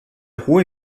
hohe